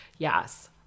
Yes